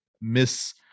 miss